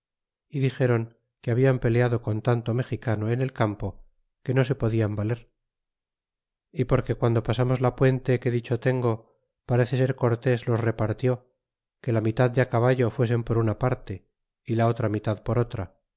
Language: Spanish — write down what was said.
y dixeron que hablan peleado con tanto mexicano en el campo que no se podian valer y porque guando pasamos la puente que dicho tengo parece ser cortés los repartió que la mitad de a caballo fuesen por una parte y la otra mitad por otra